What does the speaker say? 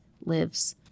lives